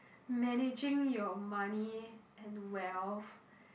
managing your money and wealth